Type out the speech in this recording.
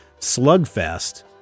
Slugfest